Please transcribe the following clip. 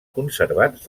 conservats